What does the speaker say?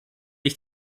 ich